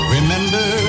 Remember